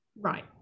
Right